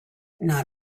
not